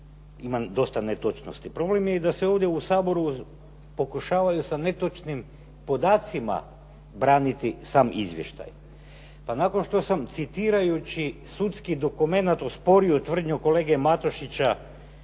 imam dosta netočnosti. Problem je i da se ovdje u Saboru pokušavaju sa netočnim podacima braniti sam izvještaj pa nakon što sam citirajući sudski dokumenat osporio tvrdnju kolege Matošića